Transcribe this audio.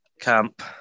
camp